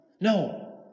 No